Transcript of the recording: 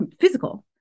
physical